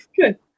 Good